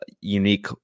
unique